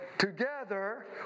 Together